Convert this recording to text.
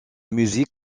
musique